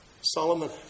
Solomon